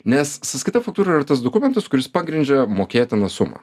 nes sąskaita faktūra yra tas dokumentas kuris pagrindžia mokėtiną sumą